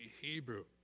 Hebrew